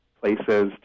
places